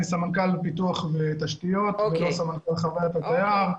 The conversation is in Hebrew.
אני סמנכ"ל פיתוח ותשתיות ולא סמנכ"ל חוויית התייר,